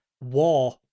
war